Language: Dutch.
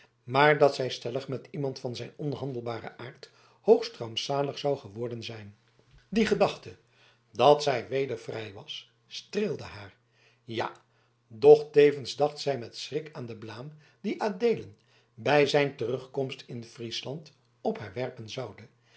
maar dat zij stellig met iemand van zijn onhandelbaren aard hoogst rampzalig zou geworden zijn die gedachte dat zij weder vrij was streelde haar ja doch tevens dacht zij met schrik aan den blaam dien adeelen bij zijn terugkomst in friesland op haar werpen zoude